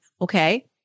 Okay